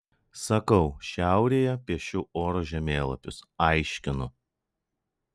sakau šiaurėje piešiu oro žemėlapius aiškinu